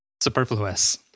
superfluous